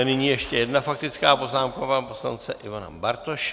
Nyní ještě jedna faktická poznámka pana poslance Ivana Bartoše.